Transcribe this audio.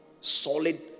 Solid